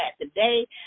today